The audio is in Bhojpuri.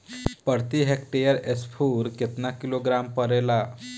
प्रति हेक्टेयर स्फूर केतना किलोग्राम पड़ेला?